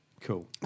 cool